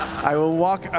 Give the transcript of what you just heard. i will walk.